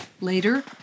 Later